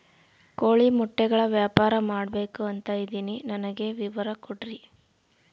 ಕೋಳಿ ಮೊಟ್ಟೆಗಳ ವ್ಯಾಪಾರ ಮಾಡ್ಬೇಕು ಅಂತ ಇದಿನಿ ನನಗೆ ವಿವರ ಕೊಡ್ರಿ?